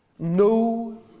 No